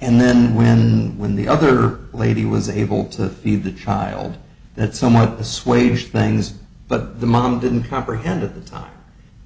and then when when the other lady was able to feed the child that somewhat the suasion things but the mom didn't comprehend at the time